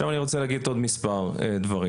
אני רוצה לומר עוד מספר דברים.